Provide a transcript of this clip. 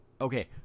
okay